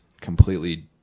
completely